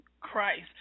Christ